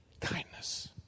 Kindness